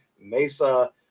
Mesa